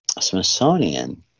Smithsonian